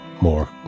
more